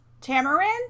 Tamarind